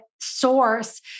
source